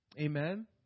Amen